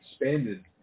expanded